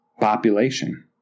population